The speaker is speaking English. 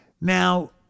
Now